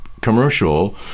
commercial